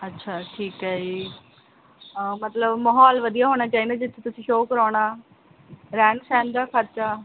ਅੱਛਾ ਠੀਕ ਹੈ ਜੀ ਮਤਲਬ ਮਾਹੌਲ ਵਧੀਆ ਹੋਣਾ ਚਾਹੀਦਾ ਜਿੱਥੇ ਤੁਸੀਂ ਸ਼ੋਅ ਕਰਾਉਣਾ ਰਹਿਣ ਸਹਿਣ ਦਾ ਖਰਚਾ